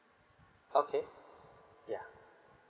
okay yeah